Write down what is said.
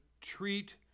treat